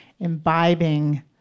imbibing